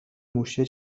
موشه